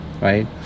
right